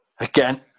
Again